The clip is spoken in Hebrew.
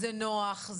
זה נוח?